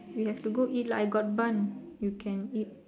we have to go eat lah I got bun you can eat